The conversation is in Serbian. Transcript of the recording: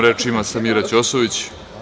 Reč ima Samira Ćosović.